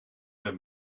ben